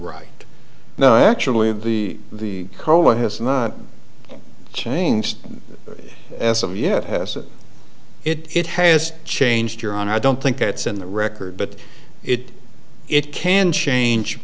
right now actually the the cola has not changed as of yet has it it has changed your honor i don't think it's in the record but it it can change